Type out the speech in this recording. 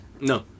no